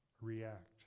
react